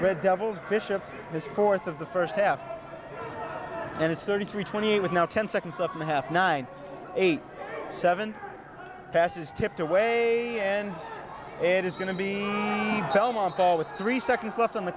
red devils mission his fourth of the first half and it's thirty three twenty eight with now ten seconds of the half nine eight seven passes tipped a way and it is going to be held on call with three seconds left on the